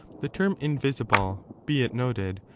the term invisible, be it noted,